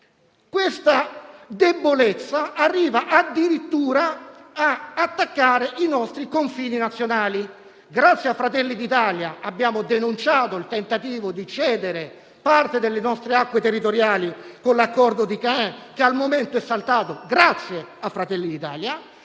questa debolezza arriva addirittura ad attaccare i nostri confini nazionali. Grazie a Fratelli d'Italia, abbiamo denunciato il tentativo di cedere parte delle nostre acque territoriali con l'accordo di Caen, che al momento è saltato; grazie a Fratelli d'Italia